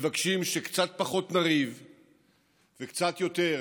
ומבקשים שקצת פחות נריב וקצת יותר